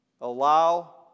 allow